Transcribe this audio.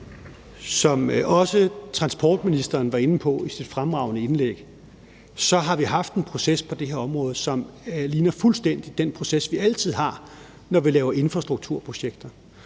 Som også transportministeren var inde på i sit fremragende indlæg, har vi haft en proces på det her område, som fuldstændig ligner den proces, vi altid har, når vi laver infrastrukturprojekter.